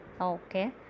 Okay